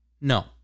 No